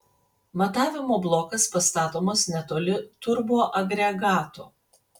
matavimo blokas pastatomas netoli turboagregato